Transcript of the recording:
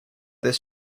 this